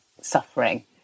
suffering